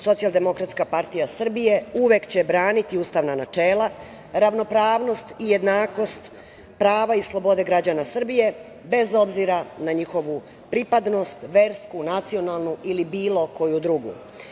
Socijaldemokratska partija Srbije uvek će braniti ustavna načela, ravnopravnost i jednakost, prava i slobode građana Srbije, bez obzira na njihovu pripadnost, versku, nacionalnu ili bilo koju drugu.